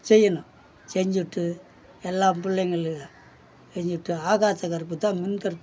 செய்யணும் செஞ்சுட்டு எல்லா பிள்ளைங்களையும் செஞ்சுட்டு ஆகாசகருப்பு தான் முன்கருப்பு